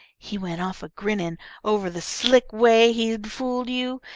he went off a-grinnin' over the slick way he'd fooled you,